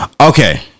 Okay